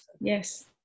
Yes